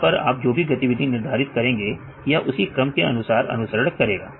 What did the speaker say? यहां पर आप जो भी गतिविधि निर्धारित करेंगे यह उसी क्रम के अनुसार अनुसरण करेगा